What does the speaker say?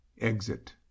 Exit